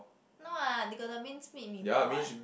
no ah they got the minced meat Mee-Pok [what]